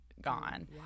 gone